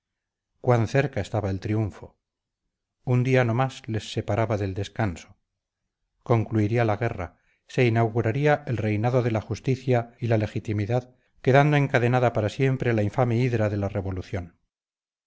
cuán cerca estaba el triunfo un día no más les separaba del descanso concluiría la guerra se inauguraría el reinado de la justicia y la legitimidad quedando encadenada para siempre la infame hidra de la revolución